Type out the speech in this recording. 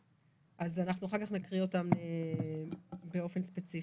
אחר כך נקריא אותן באופן ספציפי.